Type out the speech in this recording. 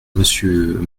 monsieur